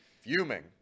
fuming